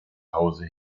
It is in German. hause